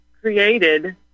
created